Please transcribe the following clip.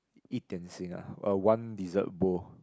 一点心 ah uh one dessert bowl